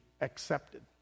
accepted